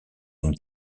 une